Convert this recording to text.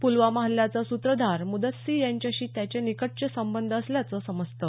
पुलवामा हल्ल्याचा सूत्रधार मुदस्सीर याच्याशी त्याचे निकटचे संबंध असल्याचं समजतं